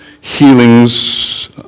healings